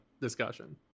discussion